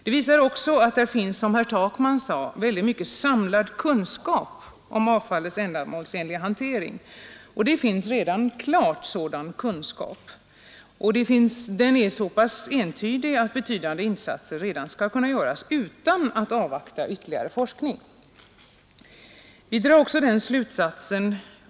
Det framgår också, som herr Takman sade, att det finns en mycket stor samlad kunskap om avfallets ändamålsenliga hantering, och den kunskapen är så pass entydig att betydande insatser redan nu kan göras utan att avvakta ytterligare forskningsresultat.